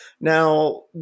Now